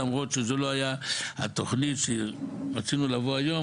למרות שזו לא הייתה התוכנית שאיתה רצינו לבוא היום.